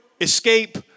escape